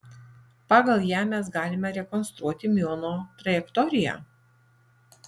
pagal ją mes galime rekonstruoti miuono trajektoriją